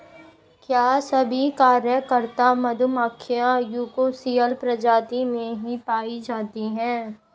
क्या सभी कार्यकर्ता मधुमक्खियां यूकोसियल प्रजाति में ही पाई जाती हैं?